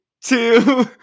two